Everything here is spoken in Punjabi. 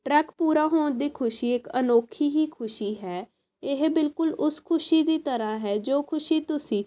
ਟਰੈਕ ਪੂਰਾ ਹੋਣ ਦੀ ਖੁਸ਼ੀ ਇੱਕ ਅਨੋਖੀ ਹੀ ਖੁਸ਼ੀ ਹੈ ਇਹ ਬਿਲਕੁਲ ਉਸ ਖੁਸ਼ੀ ਦੀ ਤਰ੍ਹਾਂ ਹੈ ਜੋ ਖੁਸ਼ੀ ਤੁਸੀਂ